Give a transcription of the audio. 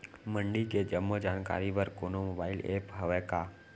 मंडी के जम्मो जानकारी बर कोनो मोबाइल ऐप्प हवय का?